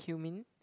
cumin